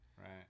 Right